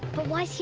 but why's